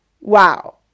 Wow